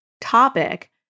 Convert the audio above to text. topic